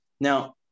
Now